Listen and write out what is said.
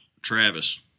Travis